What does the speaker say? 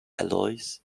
alloys